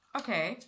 okay